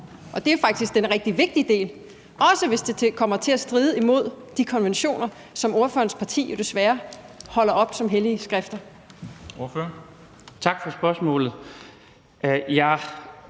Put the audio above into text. og det er faktisk den rigtig vigtig del – hvis det kommer til at stride imod de konventioner, som ordførerens parti jo desværre holder frem som hellige skrifter?